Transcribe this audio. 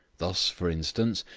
thus, for instance,